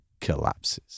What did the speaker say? collapses